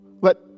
Let